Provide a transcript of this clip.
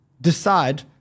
decide